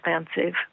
expensive